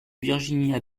virginia